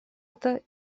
это